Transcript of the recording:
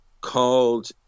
called